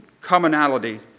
commonality